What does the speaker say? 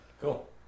cool